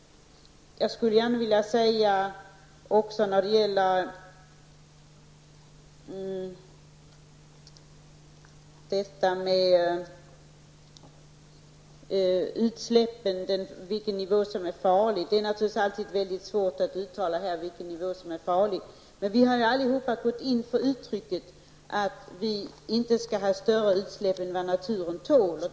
Det är naturligtvis alltid mycket svårt att uttala på vilken nivå som utsläppen blir farliga. Men vi har allihop gått in för uttrycket att vi inte skall ha större utsläpp än vad naturen tål.